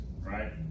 right